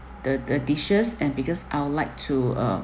the the dishes and because I would like to uh